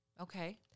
Okay